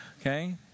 okay